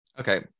Okay